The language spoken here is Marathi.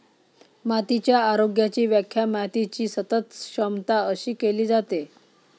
मातीच्या आरोग्याची व्याख्या मातीची सतत क्षमता अशी केली जाते